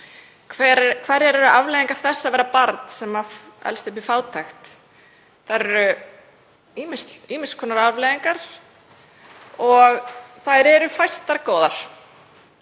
Hverjar eru afleiðingar þess að vera barn sem elst upp í fátækt? Það eru ýmis ýmiss konar afleiðingar og þær eru fæstar góðar.